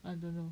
I don't know